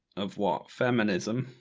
of what, feminism?